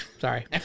Sorry